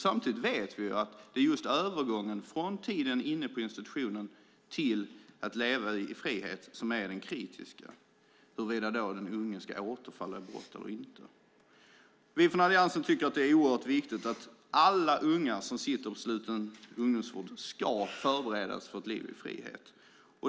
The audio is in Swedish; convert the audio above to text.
Samtidigt vet vi att det är just övergången från tiden inne på institutionen till att leva i frihet som är den kritiska i fråga om den unge ska återfalla i brott eller inte. Vi från Alliansen tycker att det är oerhört viktigt att alla unga på sluten ungdomsvård ska förberedas för ett liv i frihet.